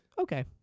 Okay